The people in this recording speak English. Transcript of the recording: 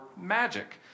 magic